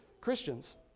Christians